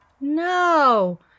No